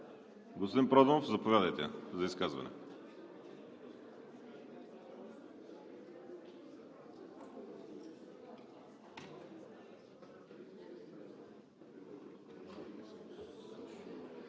Господин Симеонов, заповядайте за изказване.